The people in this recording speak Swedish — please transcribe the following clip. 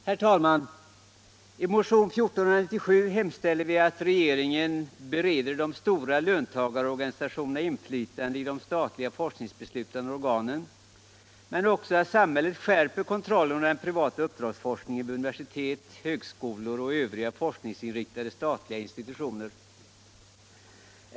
Herr talman! I motionen 1497 hemställer vi om att regeringen bereder de stora löntagarorganisationerna inflytande i de statliga forskningsbeslutandeorganen men också att samhället skärper kontrollen av den privata uppdragsforskningen vid universitet, högskolor och övriga forskningsinriktade statliga institutioner.